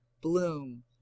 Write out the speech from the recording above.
bloom